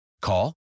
Call